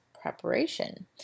preparation